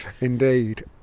Indeed